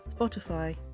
Spotify